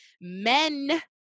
Men